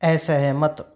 असहमत